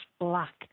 black